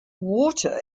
water